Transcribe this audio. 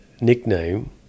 nickname